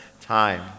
time